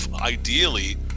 ideally